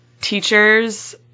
teachers